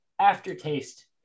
aftertaste